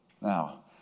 Now